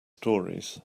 stories